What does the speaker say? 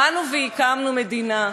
באנו והקמנו מדינה,